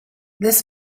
this